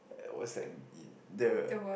uh what's that in the